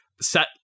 set